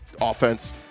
offense